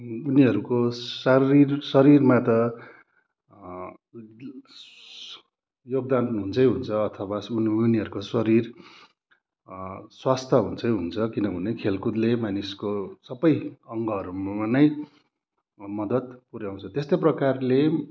उनीहरूको शारीरिक शरीरमा त योगदान हुन्छै हुन्छ अथवा उनीहरूको शरीर स्वस्थ हुन्छै हुन्छ किनभने खेलकुदले मानिसको सबै अङ्गहरूमा नै मद्दत पुऱ्याउँछ त्यस्तै प्रकारले